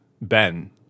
Ben